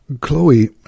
Chloe